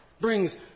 brings